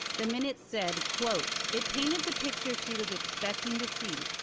the minute said, quote, it painted the picture she was expecting to see,